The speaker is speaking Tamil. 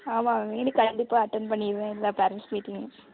ஆமாம் இனி கண்டிப்பாக அட்டன் பண்ணிடுவேன் எல்லாம் பேரண்ட்ஸ் மீட்டிங்கும்